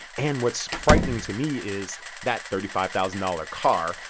and what's frightening to me is that thirty five thousand dollars car,